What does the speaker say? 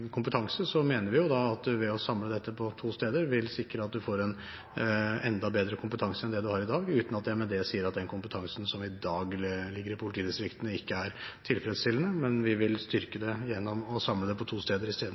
kompetanse, mener vi at en ved å samle dette på to steder, vil sikre at en får en enda bedre kompetanse enn en har i dag, uten at jeg med det sier at kompetansen som i dag ligger i politidistriktene, ikke er tilfredsstillende. Men vi vil styrke det gjennom å samle det på to steder i